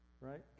Right